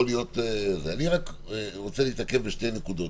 יכול להיות גם --- אני רוצה רק להתעכב על שתי נקודות.